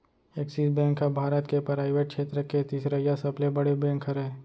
axis bank ह भारत के पराइवेट छेत्र के तिसरइसा सबले बड़े बेंक हरय